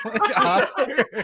Oscar